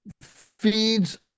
feeds